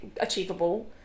achievable